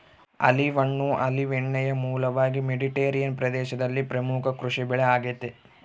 olive ಹಣ್ಣು olive ಎಣ್ಣೆಯ ಮೂಲವಾಗಿ ಮೆಡಿಟರೇನಿಯನ್ ಪ್ರದೇಶದಲ್ಲಿ ಪ್ರಮುಖ ಕೃಷಿಬೆಳೆ ಆಗೆತೆ